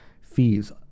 fees